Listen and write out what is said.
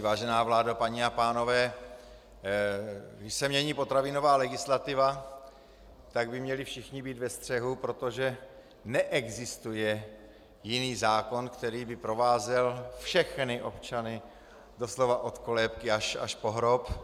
Vážená vládo, paní a pánové, když se mění potravinová legislativa, tak by měli všichni být ve střehu, protože neexistuje jiný zákon, který by provázel všechny občany doslova od kolébky až po hrob.